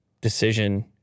decision